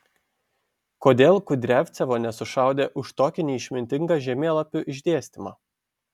kodėl kudriavcevo nesušaudė už tokį neišmintingą žemėlapių išdėstymą